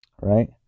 right